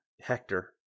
Hector